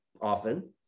often